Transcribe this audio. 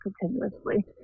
continuously